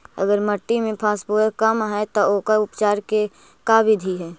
अगर मट्टी में फास्फोरस कम है त ओकर उपचार के का बिधि है?